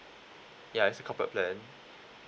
ya it's a corporate plan